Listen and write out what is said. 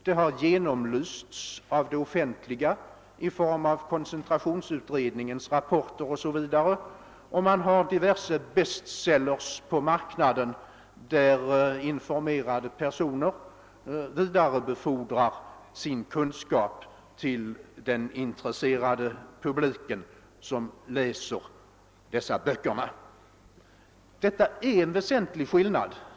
Det har offentligt genomlysts bl.a. genom koncentrationsutredningens rapporter liksom genom diverse bestsellers på marknaden, i vilka informerade personer vidarebefordrar sin kunskap till den intresserade publiken. Detta är en väsentlig skillnad.